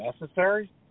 necessary